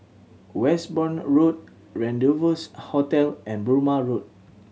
Westbourne Road Rendezvous Hotel and Burmah Road